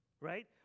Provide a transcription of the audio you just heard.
right